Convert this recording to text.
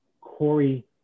Corey